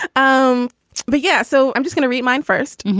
um but yeah. so i'm just gonna read mine first.